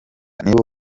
nibo